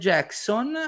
Jackson